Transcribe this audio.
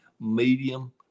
medium